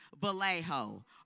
Vallejo